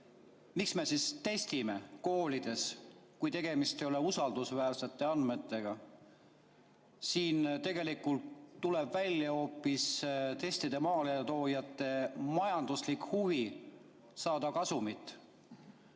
miks me testime koolides, kui tegemist ei ole usaldusväärsete andmetega. Siin tegelikult tuleb välja hoopis testide maaletoojate majanduslik huvi saada kasumit.